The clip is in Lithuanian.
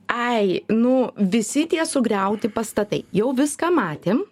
ai nu visi tie sugriauti pastatai jau viską matėm